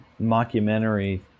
mockumentary